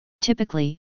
Typically